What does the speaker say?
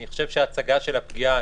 אני חושב שההצגה של הפגיעה,